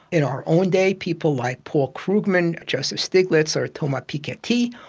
in our own day people like paul krugman, joseph stiglitz or thomas picketty,